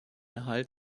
erhalt